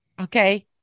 Okay